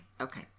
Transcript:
Okay